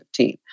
2015